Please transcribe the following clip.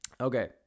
Okay